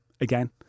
again